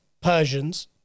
Persians